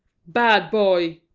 bad boy!